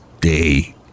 Day